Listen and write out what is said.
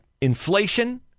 inflation